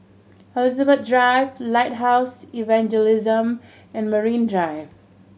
Elizabeth Drive Lighthouse Evangelism and Marine Drive